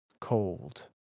cold